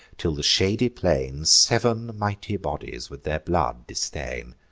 till the shady plain sev'n mighty bodies with their blood distain.